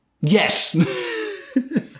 Yes